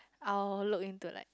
I'll look into like